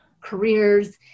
careers